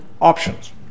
options